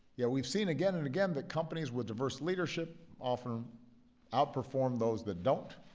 yet we've seen again and again that companies with diverse leadership often outperform those that don't.